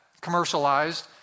commercialized